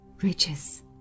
riches